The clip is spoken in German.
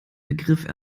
begriff